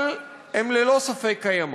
אבל הן ללא ספק קיימות.